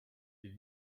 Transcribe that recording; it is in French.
est